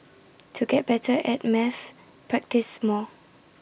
to get better at maths practise more